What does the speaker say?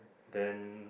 then